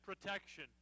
protection